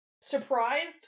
surprised